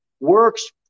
works